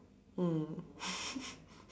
mm